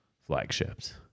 flagships